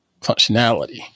functionality